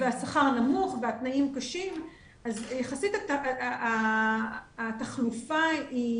והשכר הנמוך והתנאים קשים, אז יחסית התחלופה היא